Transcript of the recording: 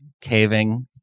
caving